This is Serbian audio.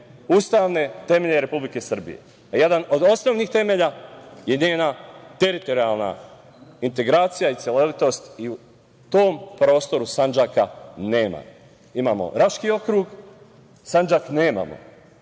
ustavne temelje Republike Srbije, a jedan od osnovnih temelja je njena teritorijalna integracija i celovitost i u tom prostoru Sandžaka nema. Imamo Raški okrug. Sandžak